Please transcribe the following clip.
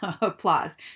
applause